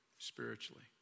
Spiritually